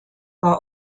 war